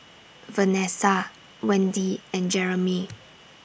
Vanesa Wendy and Jeramy